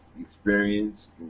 experienced